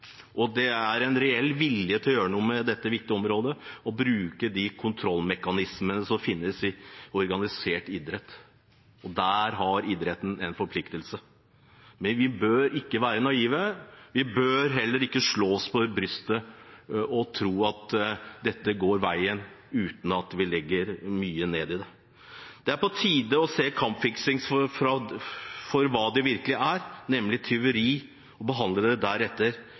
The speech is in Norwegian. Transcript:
Det er en reell vilje til å gjøre noe med dette viktige området og bruke de kontrollmekanismene som finnes innen den organiserte idretten. Der har idretten en forpliktelse. Men vi bør ikke være naive, og vi bør heller ikke slå oss på brystet og tro at dette går veien uten at vi legger mye ned i det. Det er på tide å se kampfiksing for hva det virkelig er, nemlig tyveri, og behandle det deretter.